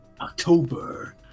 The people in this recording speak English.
October